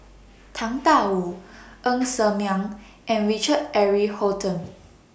Tang DA Wu Ng Ser Miang and Richard Eric Holttum